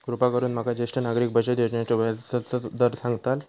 कृपा करून माका ज्येष्ठ नागरिक बचत योजनेचो व्याजचो दर सांगताल